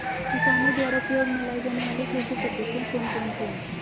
किसानों द्वारा उपयोग में लाई जाने वाली कृषि पद्धतियाँ कौन कौन सी हैं?